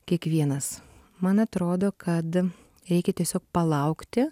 kiekvienas man atrodo kad reikia tiesiog palaukti